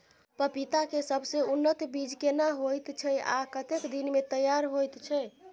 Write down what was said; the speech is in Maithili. पपीता के सबसे उन्नत बीज केना होयत छै, आ कतेक दिन में तैयार होयत छै?